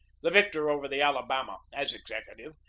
the victor over the alabama, as executive,